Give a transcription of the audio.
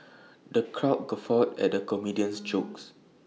the crowd guffawed at the comedian's jokes